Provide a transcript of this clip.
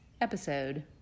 episode